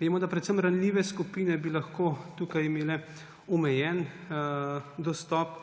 Vemo, da bi predvsem ranljive skupine lahko tu imele omejen dostop,